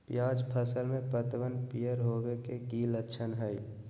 प्याज फसल में पतबन पियर होवे के की लक्षण हय?